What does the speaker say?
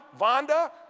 Vonda